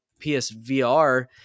PSVR